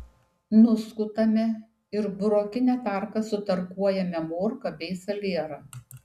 nuskutame ir burokine tarka sutarkuojame morką bei salierą